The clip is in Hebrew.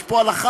יש פה הלכה.